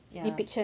ya